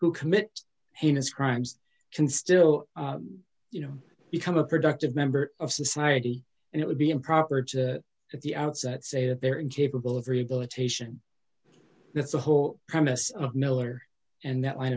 who commit heinous crimes can still you know become a productive member of society and it would be improper to at the outset say that they're incapable of rehabilitation that's the whole premise of miller and that line